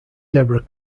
deborah